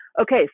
Okay